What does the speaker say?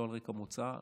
לא על רקע מוצאה,